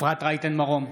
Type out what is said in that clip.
אפרת רייטן מרום,